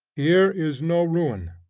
here is no ruin,